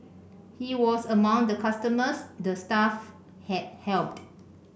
he was among the customers the staff had helped